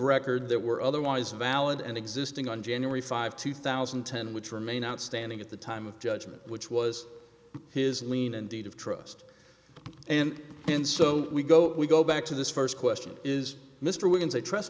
record that were otherwise valid and existing on january five two thousand and ten which remain outstanding at the time of judgment which was his lean and deed of trust and in so we go we go back to this first question is mr wi